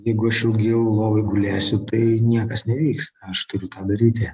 jeigu aš ilgiau lovoj gulėsiu tai niekas nevyksta aš turiu tą daryti